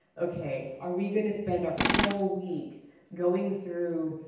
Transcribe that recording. ok, are we going to spend our whole week going through,